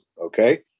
Okay